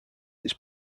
its